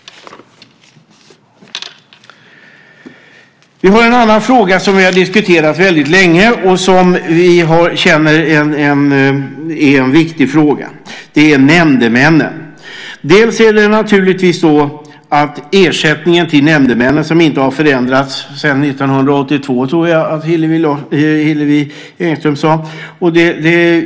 Det finns en annan fråga som vi har diskuterat väldigt länge och som vi känner är viktig. Det gäller nämndemännen. Ersättningen till nämndemännen har inte förändrats sedan 1982, som jag tror att Hillevi Engström sade.